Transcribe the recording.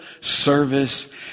service